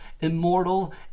Immortal